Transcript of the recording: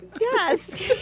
Yes